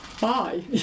Bye